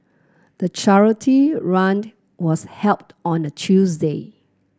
the charity run was held on a Tuesday